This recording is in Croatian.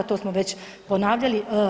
To smo već ponavljali.